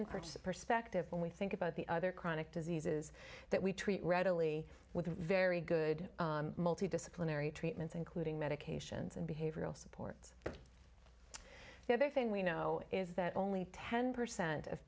purchase perspective when we think about the other chronic diseases that we treat readily with very good multi disciplinary treatments including medications and behavioral supports the the other thing we know is that only ten percent of